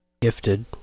gifted